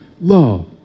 love